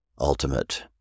ultimate